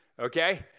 okay